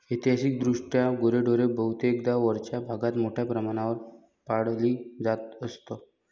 ऐतिहासिकदृष्ट्या गुरेढोरे बहुतेकदा वरच्या भागात मोठ्या प्रमाणावर पाळली जात असत